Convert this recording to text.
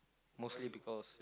mostly because